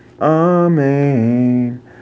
Amen